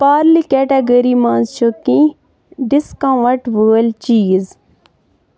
Parle category منٛز چھِ کیٚںٛہہ ڈِسکَاوُنٛٹ وٲلۍ چیٖز